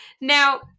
Now